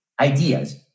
ideas